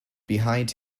behind